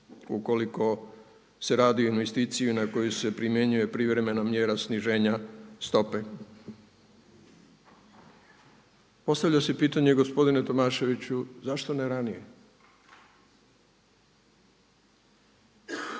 Ukoliko se radi o investiciji na koju se primjenjuje privremena mjera sniženja stope. Postavlja se pitanje gospodine Tomaševiću zašto ne ranije?